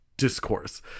discourse